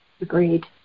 Agreed